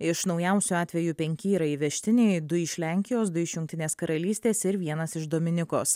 iš naujausių atvejų penki yra įvežtiniai du iš lenkijos du iš jungtinės karalystės ir vienas iš dominikos